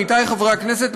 עמיתי חברי הכנסת,